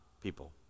people